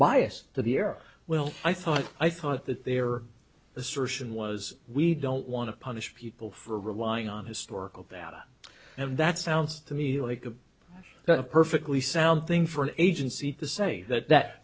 bias to the air well i thought i thought that they are assertion was we don't want to punish people for relying on historical data and that sounds to me like a perfectly sound thing for an agency to say that that